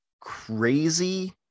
crazy